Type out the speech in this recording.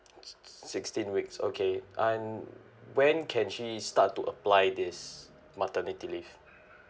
six sixteen weeks okay and when can she start to apply this maternity leave